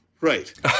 Right